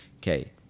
Okay